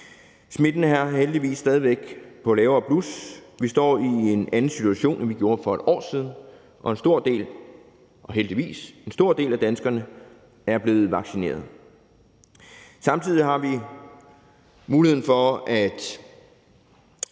Smitten her er heldigvis stadig væk på et lavere blus, vi står i en anden situation, end vi gjorde for et år siden, og en stor del – heldigvis – af danskerne er blevet vaccineret. Samtidig har vi med det